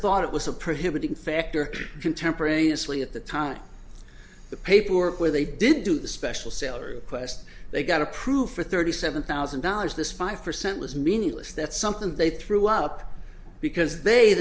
thought it was a pretty hitting factor contemporaneously at the time the paperwork where they didn't do the special salary quest they got approved for thirty seven thousand dollars this five percent was meaningless that's something they threw up because they